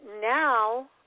now